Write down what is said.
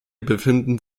befinden